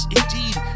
indeed